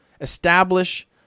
establish